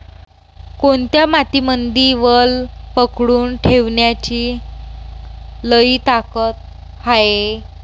कोनत्या मातीमंदी वल पकडून ठेवण्याची लई ताकद हाये?